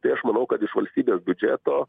tai aš manau kad iš valstybės biudžeto